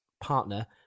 partner